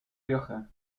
rioja